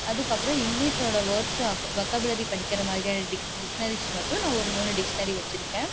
அதுக்கு அப்புறோம் இங்கிலிஷ்சோடய வேர்டஸ் வெக்காபுலரி படிக்கிற மாதிரியான டிக்ஸ்னரிஸ் மட்டும் நான் ஒரு மூன்று டிக்ஸ்னரி வச்சுருக்கேன்